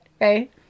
right